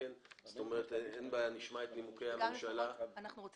זאת אומרת שנשמע את נימוקי הממשלה וגם נדון